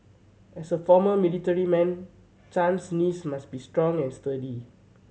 as a former military man Chan's knees must be strong and sturdy